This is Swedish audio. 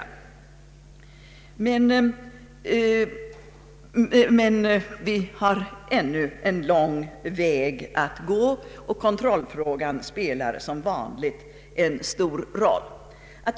Vi har ännu en lång väg att gå innan överenskommelse om fullständiga förbud uppnås, och kontrollfrågan spelar som vanligt en stor roll.